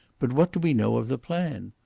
but what do we know of the plan?